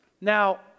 Now